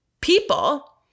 people